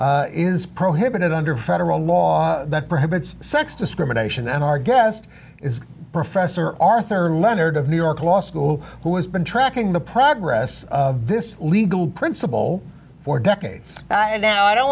is prohibited under federal law that prohibits sex discrimination in our guest is professor arthur leonard of new york law school who has been tracking the progress of this legal principle for decades and i now i don't